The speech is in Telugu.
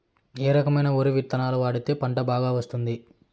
ఏ రకమైన వరి విత్తనాలు వాడితే పంట బాగా వస్తుంది?